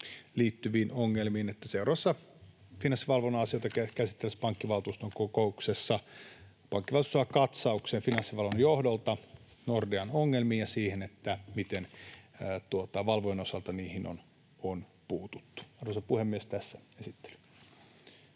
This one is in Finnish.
että seuraavassa Finanssivalvonnan asioita käsittelevässä pankkivaltuuston kokouksessa pankkivaltuusto saa katsauksen Finanssivalvonnan johdolta Nordean ongelmiin ja siihen, miten valvojan osalta niihin on puututtu. — Arvoisa puhemies! Tässä esittely.